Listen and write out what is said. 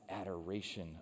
adoration